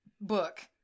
book